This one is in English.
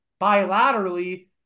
bilaterally